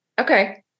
Okay